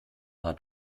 hat